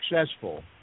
successful